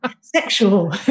sexual